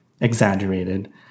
exaggerated